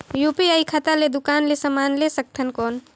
UPI खाता ले दुकान ले समान ले सकथन कौन?